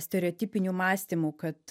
stereotipinių mąstymų kad